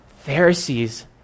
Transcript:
Pharisees